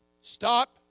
Stop